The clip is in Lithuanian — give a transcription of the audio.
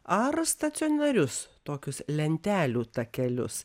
ar stacionarius tokius lentelių takelius